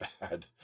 bad